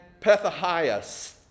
Pethahiah